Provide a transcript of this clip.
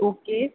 okay